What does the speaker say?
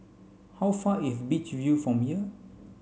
how far is Beach View from here